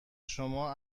شما